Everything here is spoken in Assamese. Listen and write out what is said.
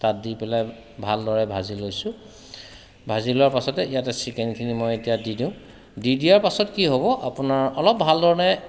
তাত দি পেলাই ভালদৰে ভাজি লৈছোঁ ভাজি লোৱাৰ পিছতে ইয়াতে চিকেনখিনি এতিয়া মই দি দিওঁ দি দিয়াৰ পাছত কি হ'ব আপোনাৰ অলপ ভাল ধৰণে